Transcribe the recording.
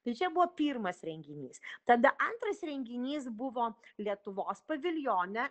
tai čia buvo pirmas renginys tada antras renginys buvo lietuvos paviljone